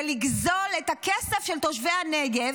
ולגזול את הכסף של תושבי הנגב,